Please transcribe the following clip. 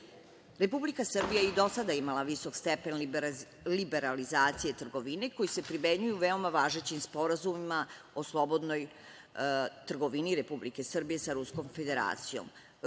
strane. Republika Srbija je i do sada imala visok stepen liberalizacije trgovine koji se primenjuje u veoma važećim sporazumima o slobodnoj trgovini Republike Srbije sa Ruskom Federacijom,